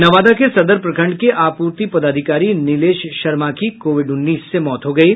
नवादा के सदर प्रखंड के आपूर्ति पदाधिकारी निलेश शर्मा की कोविड उन्नीस से मौत हो गयी